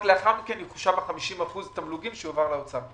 לאחר מכן יחושבו 50% התמלוגים שיועברו לאוצר.